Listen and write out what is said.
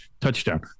Touchdown